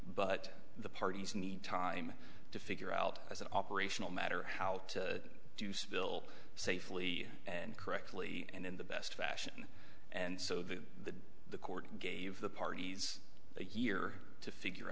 but the parties need time to figure out as an operational matter how to do spill safely and correctly and in the best fashion and so the the court gave the parties a year to figure